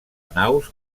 naus